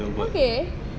okay